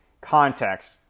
context